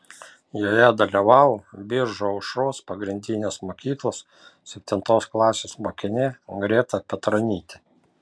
joje dalyvavo biržų aušros pagrindinės mokyklos septintos klasės mokinė greta petronytė